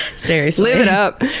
seriously. live it up.